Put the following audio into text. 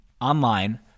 online